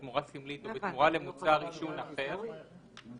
בתמורה סמלית או בתמורה למוצר עישון אחר או